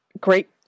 Great